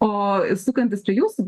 o sukantis čia jūsų